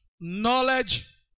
knowledge